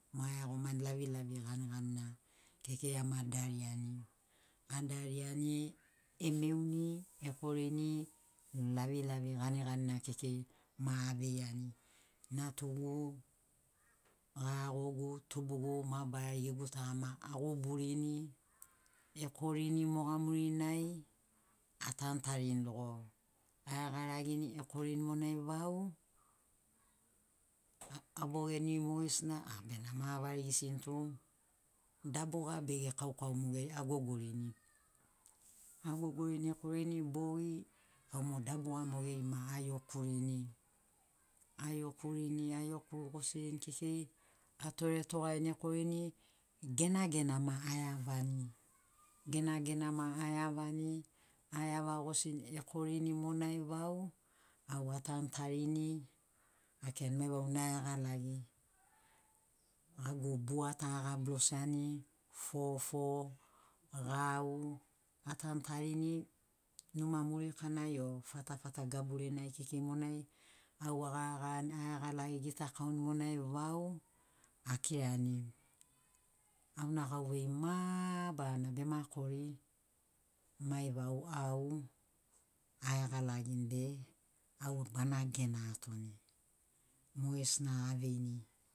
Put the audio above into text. Ma a iagomani lavilavi ganiganina kekei ama dariani. Adariani emeuni ekorini lavilavi ganiganina kekei ma aveiani natugu, garagogu, tubugu mabarari gegu tagama aguburini ekorini moga murinai atanutarini rogo. A iagaragini ekorini monai vau abogeni mogesina, a bena ma avarigisini tu dabuga bege kaukau mogeri agogorini. Agogorini ekorini bogi au mo dabuga mogeri ma a iokurini, a iokurini a ioku gosirini kekei atore togarini ekorini, genagena ma a iavani. Genagena ma a iavani, a iavagosini ekorini monai vau au atanutarini akirani mai vau na iagalagi. Gagu bua ta agabilosiani, fofo, gau, atanutarini numa murikanai o fatafata gaburenai kekei monai au a garagarani. A iagalagi gitakauni monai vau akirani auna gauvei mabarana bema kori mai vau au a iagalagini be au bana gena atoni mogesina aveini